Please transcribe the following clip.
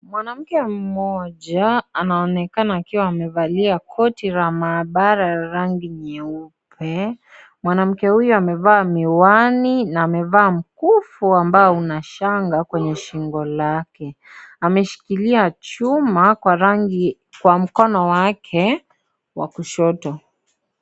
Mwanamke mmoja anaonekana akiwa amevalia koti la maabara ya rangi nyeupe. Mwanamke huyo amevaa miwani na amevaa mkufu ambao Una shanga kwenye shingo lake. Ameshikilia chuma kwa mkono wake wa kushoto.